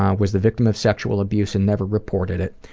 um was the victim of sexual abuse and never reported it.